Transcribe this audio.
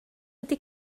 ydy